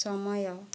ସମୟ